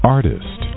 Artist